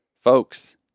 folks